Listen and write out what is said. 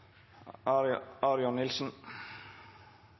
Marius Arion Nilsen,